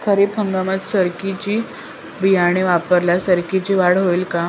खरीप हंगामात सरकीचे बियाणे वापरल्यास सरकीची वाढ होईल का?